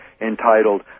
entitled